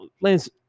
Lance